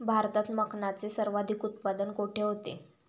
भारतात मखनाचे सर्वाधिक उत्पादन कोठे होते?